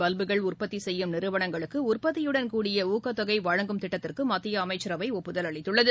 பல்புகள் உற்பத்தி செய்யும் நிறுவளங்களுக்கு உற்பத்தியுடன் கூடிய ஊக்கத்தொகை வழங்கும் திட்டத்திற்கு மத்திய அமைச்சரவை ஒப்புதல் அளித்துள்ளது